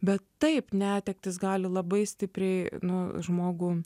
bet taip netektys gali labai stipriai nu žmogų